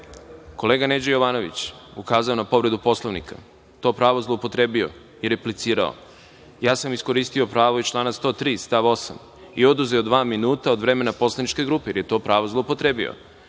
kolega Neđo Jovanović je ukazao na povredu Poslovniku. To pravo je zloupotrebio i replicirao. Iskoristio sam pravo iz člana 103. stav 8. i oduzeo dva minuta od vremena poslaničke grupe, jer je to pravo zloupotrebio.